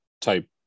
type